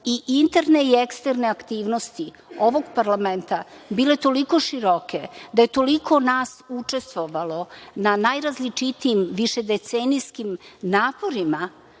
i interne i eksterne aktivnosti ovog parlamenta bile toliko široke, da je toliko nas učestvovalo na najrazličitijim višedecenijskim naporima